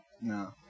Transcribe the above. No